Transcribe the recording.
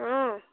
অঁ